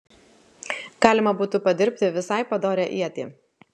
galima būtų padirbti visai padorią ietį